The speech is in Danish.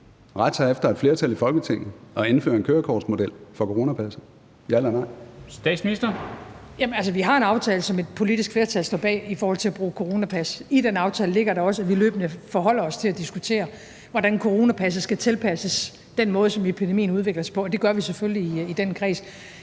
Statsministeren. Kl. 13:10 Statsministeren (Mette Frederiksen): Jamen altså, vi har en aftale, som et politisk flertal står bag, i forhold til at bruge coronapas. I den aftale ligger der også, at vi løbende forholder os til at diskutere, hvordan coronapasset skal tilpasses den måde, som epidemien udvikler sig på, og det gør vi selvfølgelig i den kreds.